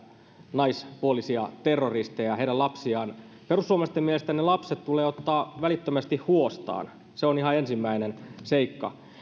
naispuolisia terroristeja ja heidän lapsiaan perussuomalaisten mielestä lapset tulee ottaa välittömästi huostaan se on ihan ensimmäinen seikka